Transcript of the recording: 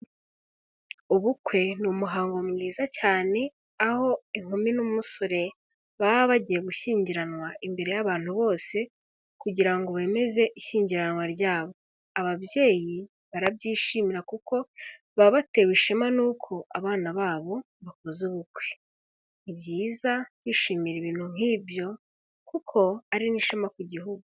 Ubukwe ni umuhango mwiza cyane, aho inkumi n'umusore baba bagiye gushyingiranwa imbere y'abantu bose, kugira ngo bemeze ishyingiranwa ryabo. Ababyeyi barabyishimira kuko, baba batewe ishema n'uko abana babo bakoze ubukwe. Ni byiza kwishimira ibintu nk'ibyo, kuko ari n'ishema ku gihugu.